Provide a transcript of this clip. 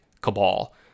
cabal